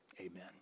Amen